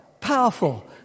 Powerful